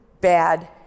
bad